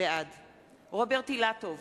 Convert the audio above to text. בעד רוברט אילטוב,